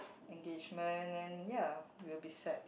engagement then ya will be set